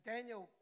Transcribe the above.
Daniel